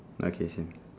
okay same